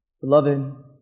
Beloved